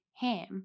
ham